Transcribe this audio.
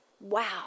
wow